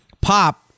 Pop